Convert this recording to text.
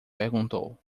perguntou